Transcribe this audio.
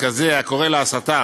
כזה הקורא להסתה